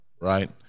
right